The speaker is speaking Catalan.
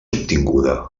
obtinguda